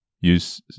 use